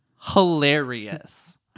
hilarious